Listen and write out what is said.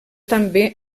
també